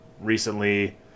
recently